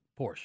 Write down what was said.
Porsche